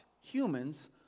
humans